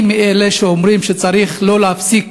אני מאלה שאומרים שצריך לא להפסיק,